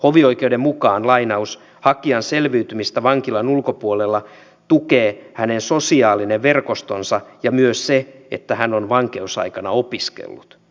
hovioikeuden mukaan hakijan selviytymistä vankilan ulkopuolella tukee hänen sosiaalinen verkostonsa ja myös se että hän on vankeusaikana opiskellut